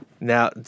Now